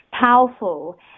powerful